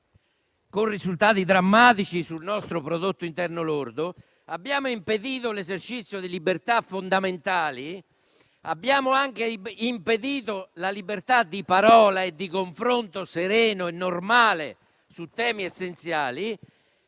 con risultati drammatici sul nostro prodotto interno lordo, abbiamo impedito l'esercizio di libertà fondamentali, abbiamo anche impedito la libertà di parola e di un confronto sereno e normale su temi essenziali,